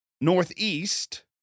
northeast